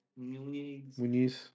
Muniz